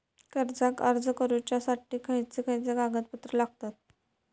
कर्जाक अर्ज करुच्यासाठी खयचे खयचे कागदपत्र लागतत